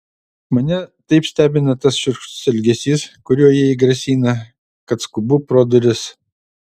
mane taip stebina tas šiurkštus elgesys kuriuo jai grasina kad skubu pro duris